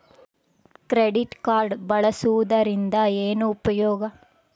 Credit card ಬಳಸುವದರಿಂದ ಏನು ಉಪಯೋಗ?